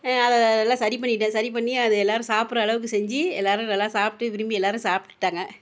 அதை எல்லாம் சரி பண்ணிட்டேன் சரி பண்ணி அது எல்லோரும் சாப்பிடுற அளவுக்கு செஞ்சு எல்லோரும் நல்லா சாப்பிட்டு விரும்பி எல்லோரும் சாப்பிட்டுட்டாங்க